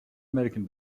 american